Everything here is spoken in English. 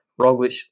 Roglic